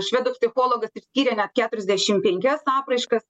švedų psichologas išskyrė net keturiasdešim penkias apraiškas